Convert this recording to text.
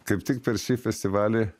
kaip tik per šį festivalį